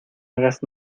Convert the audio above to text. hagas